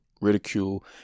ridicule